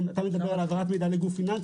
איזה מידע שימש אתכם.